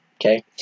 okay